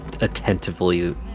attentively